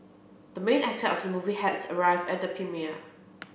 the main actor of the movie has arrived at the premiere